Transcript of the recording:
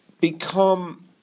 become